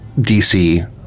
DC